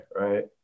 right